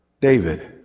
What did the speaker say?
David